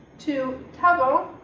to tavant,